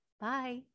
Bye